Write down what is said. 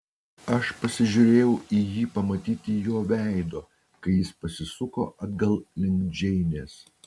aš pasižiūrėjau į jį pamatyti jo veido kai jis pasisuko atgal link džeinės